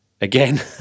again